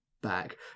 Back